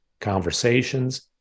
conversations